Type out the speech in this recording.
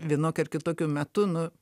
vienokiu ar kitokiu metu nu